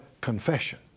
confession